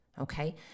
Okay